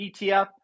ETF